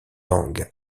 langues